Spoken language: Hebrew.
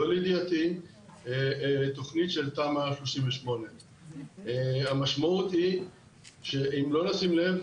לא לידיעתי תכנית של תמ"א 38. המשמעות היא שאם לא נשים לב,